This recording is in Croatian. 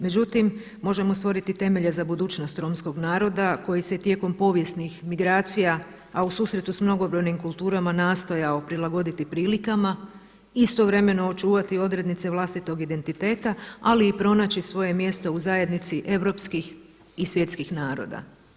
Međutim, možemo stvoriti temelje za budućnost romskog naroda koji se tijekom povijesnih migracija, a u susretu s mnogobrojnim kulturama nastojao prilagoditi prilikama, istovremeno očuvati odrednice vlastitog identiteta, ali i pronaći svoje mjesto u zajednici europskih i svjetskih naroda.